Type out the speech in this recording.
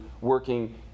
working